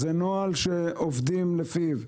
זה נוהל שעובדים לפיו.